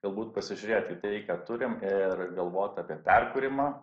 galbūt pasižiūrėt į tai ką turim ir galvot apie perkūrimą